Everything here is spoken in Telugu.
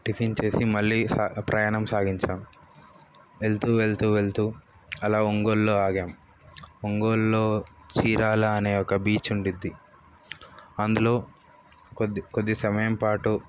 టిఫిన్ చేసి మళ్ళీ సా ప్రయాణం సాగించాము వెళుతూ వెళుతూ వెళుతూ అలా ఒంగోలులో ఆగాము ఒంగోలులో చీరాల అనే ఒక బీచ్ ఉంటుంది అందులో కొద్ది కొద్ది సమయం పాటు